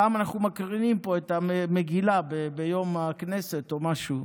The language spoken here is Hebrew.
פעם היינו מקרינים פה את המגילה ביום הכנסת או משהו,